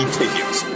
tickets